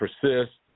persist